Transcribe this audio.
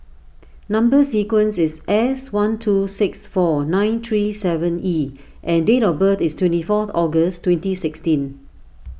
Number Sequence is S one two six four nine three seven E and date of birth is twenty fourth August twenty sixteen